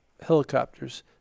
helicopters